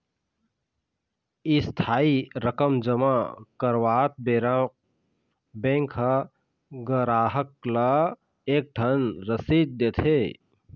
इस्थाई रकम जमा करवात बेरा बेंक ह गराहक ल एक ठन रसीद देथे